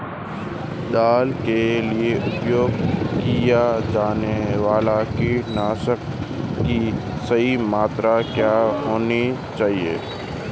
दाल के लिए उपयोग किए जाने वाले कीटनाशकों की सही मात्रा क्या होनी चाहिए?